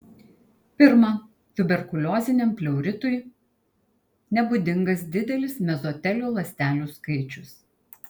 pirma tuberkulioziniam pleuritui nebūdingas didelis mezotelio ląstelių skaičius